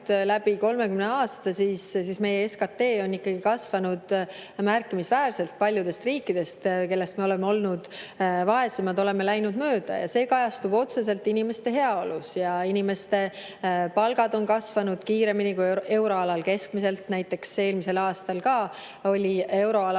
läbi 30 aasta, meie SKT on kasvanud märkimisväärselt. Paljudest riikidest, kellest me oleme olnud vaesemad, oleme läinud mööda. Ja see kajastub otseselt inimeste heaolus. Meie inimeste palgad on kasvanud kiiremini kui euroalal keskmiselt. Näiteks eelmisel aastal euroalal